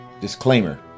Disclaimer